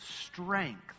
strength